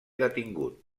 detingut